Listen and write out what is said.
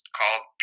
called